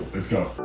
let's go